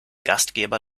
gastgeber